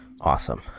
Awesome